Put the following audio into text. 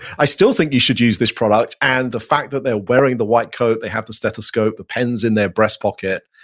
i still think you should use this product. and the fact that they're wearing the white coat, they have the stethoscope, the pen's in their breast pocket.